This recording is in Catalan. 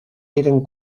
eren